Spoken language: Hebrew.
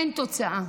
אין תוצאה.